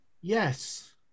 Yes